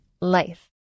life